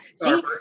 See